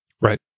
Right